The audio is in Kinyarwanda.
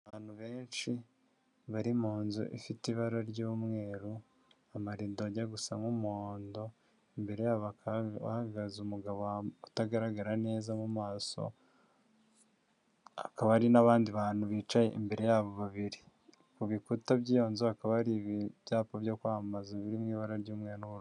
Abantu benshi bari mu nzu ifite ibara ry'umweru, amarido ajya gusa nk'umuhondo, imbere y'abo hakaba hahagaze umugabo utagaragara neza mu maso, hakaba hari n'abandi bantu bicaye imbere y'abo babiri, ku bikuta by'iyo nzu hakaba hari ibyapa byo kwamamaza biri mu ibara ry'umweru n'ubururu.